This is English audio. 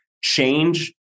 change